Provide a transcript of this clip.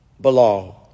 belong